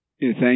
Thank